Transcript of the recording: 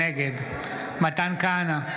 נגד מתן כהנא,